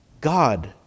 God